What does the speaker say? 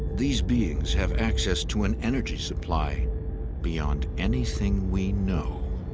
these beings have access to an energy supply beyond anything we know.